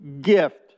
gift